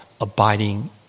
abiding